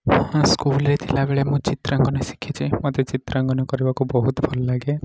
ମୁଁ ସ୍କୁଲରେ ଥିଲାବେଳେ ମୁଁ ଚିତ୍ରାଙ୍କନ ଶିଖିଛି ମୋତେ ଚିତ୍ରାଙ୍କନ କରିବାକୁ ବହୁତ ଭଲ ଲାଗେ